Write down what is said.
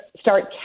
start